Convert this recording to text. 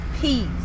peace